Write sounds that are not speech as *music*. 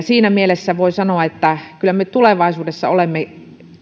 *unintelligible* siinä mielessä voi sanoa että kyllä me tulevaisuudessa olemme